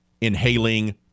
inhaling